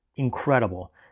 incredible